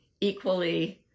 equally